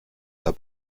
herr